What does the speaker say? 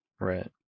right